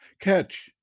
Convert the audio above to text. catch